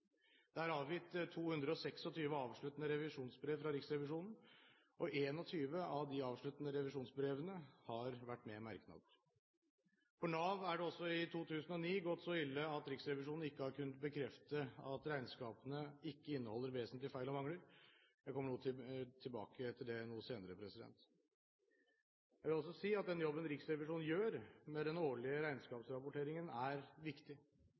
avsluttende revisjonsbrev fra Riksrevisjonen, og 21 av de avsluttende revisjonsbrevene har vært med merknader. For Nav er det også i 2009 gått så ille at Riksrevisjonen ikke har kunnet bekrefte at regnskapene ikke inneholder vesentlige feil og mangler. Jeg kommer tilbake til det noe senere. Jeg vil også si at den jobben Riksrevisjonen gjør med den årlige regnskapsrapporteringen, er viktig.